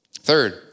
Third